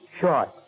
short